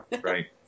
right